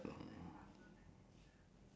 if not you ask the you ask the the the